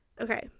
Okay